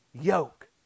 yoke